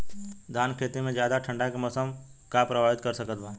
धान के खेती में ज्यादा ठंडा के मौसम का प्रभावित कर सकता बा?